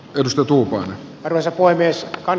pirstoutuu rosa poimiessa on